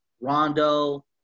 Rondo